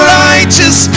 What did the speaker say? righteous